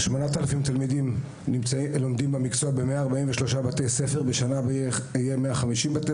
8,000 תלמידים לומדים את המקצוע ב-143 בתי ספר והשנה יהיו 150 בתי